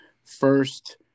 first